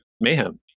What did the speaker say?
mayhem